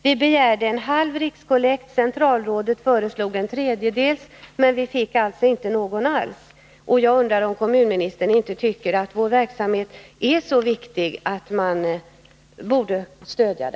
Vi begärde en halv rikskollekt, och centralrådet föreslog en tredjedels rikskollekt, men vi fick ingenting alls. Tycker inte kommunministern att vår verksamhet är så viktig att den bör stödjas?